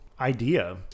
idea